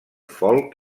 folk